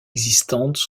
existantes